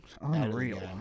unreal